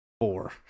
Four